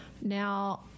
now